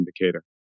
indicator